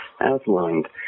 outlined